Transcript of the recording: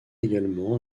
également